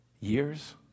years